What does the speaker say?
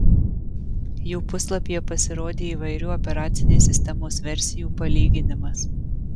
jų puslapyje pasirodė įvairių operacinės sistemos versijų palyginimas